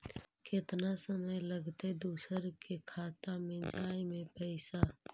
केतना समय लगतैय दुसर के खाता में जाय में पैसा?